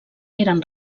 eren